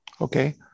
Okay